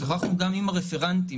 שוחחנו גם עם הרפרנטים,